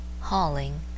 hauling